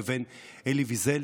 לבין אלי ויזל,